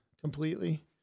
completely